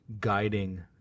guiding